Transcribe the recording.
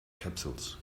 capsules